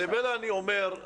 אבל לבלה אני אומר,